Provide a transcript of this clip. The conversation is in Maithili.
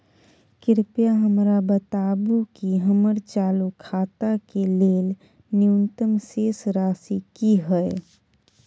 कृपया हमरा बताबू कि हमर चालू खाता के लेल न्यूनतम शेष राशि की हय